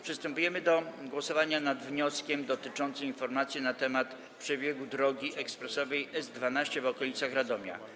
Przystępujemy do głosowania nad wnioskiem dotyczącym informacji na temat przebiegu drogi ekspresowej S12 w okolicach Radomia.